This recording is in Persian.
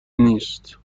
نیست